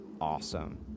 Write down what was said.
awesome